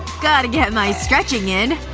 gotta get my stretching in